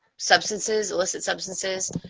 substances, illicit substances,